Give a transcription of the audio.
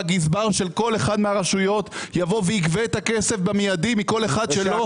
הגזבר של כל אחד מהרשויות יבוא ויגבה את הכסף במיידית מכל אחד שלא בונה.